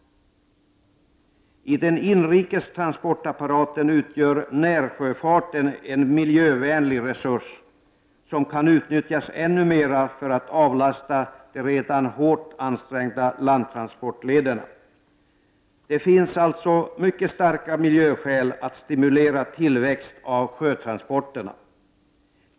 I den inrikes transportapparaten utgör närsjöfarten en miljövänlig resurs, som kan utnyttjas ännu mera för att avlasta de redan hårt ansträngda landtransportlederna. Det finns alltså mycket starka miljöskäl för att stimulera tillväxt av sjötransporterna.